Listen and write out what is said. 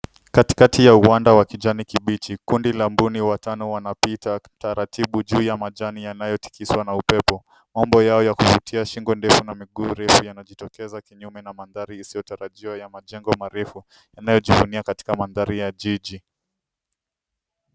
Katikati ya uwanja wa kijani kibichi, kundi la mbuni watano wanapita taratibu juu ya majani yanayotikiswa na upepo. Maumbo yao ya kuvutia, shingo ndefu na miguu refu yanajitokeza kinyume na mandhari isiyotarajiwa ya majengo marefu yanayojivunia katika mandhari ya jiji.